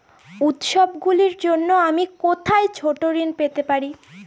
উত্সবগুলির জন্য আমি কোথায় ছোট ঋণ পেতে পারি?